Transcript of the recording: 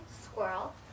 squirrel